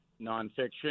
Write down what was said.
nonfiction